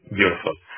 Beautiful